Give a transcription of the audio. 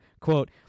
quote